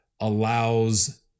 allows